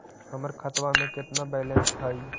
हमर खतबा में केतना बैलेंस हई?